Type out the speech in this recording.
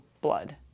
blood